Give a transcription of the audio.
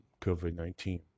COVID-19